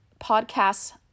podcasts